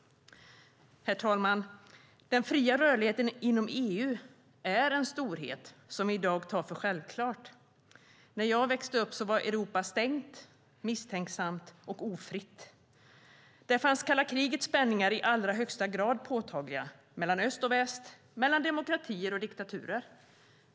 Herr talman! Den fria rörligheten inom EU är en storhet som vi i dag tar för självklar. När jag växte upp var Europa stängt, misstänksamt och ofritt. Där fanns kalla krigets spänningar i allra högsta grad påtagliga mellan öst och väst, mellan demokratier och diktaturer.